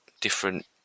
different